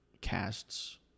casts